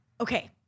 okay